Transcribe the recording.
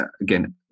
again